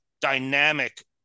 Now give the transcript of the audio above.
dynamic